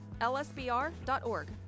lsbr.org